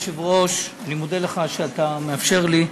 היושב-ראש, אני מודה לך על שאתה מאפשר לי,